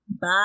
Bye